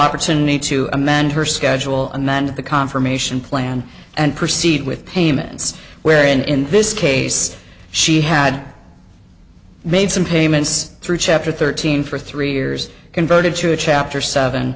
opportunity to amend her schedule amend the confirmation plan and proceed with payments where in this case she had made some payments through chapter thirteen for three years converted to a chapter